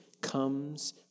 comes